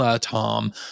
Tom